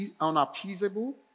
unappeasable